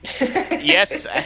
Yes